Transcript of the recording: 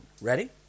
Ready